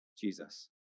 Jesus